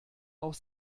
auf